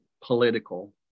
political